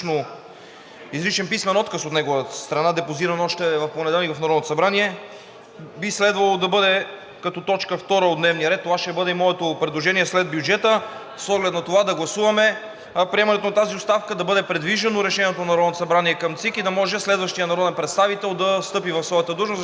изричен писмен отказ от негова страна, депозиран още в понеделник в Народното събрание, би следвало да бъде като точка 2 от дневния ред. Това ще бъде и моето предложение – след бюджета с оглед на това да гласуваме приемането на тази оставка да бъде придвижено решението на Народното събрание към ЦИК, за да може следващият народен представител да встъпи в своята длъжност, защото